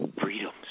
freedoms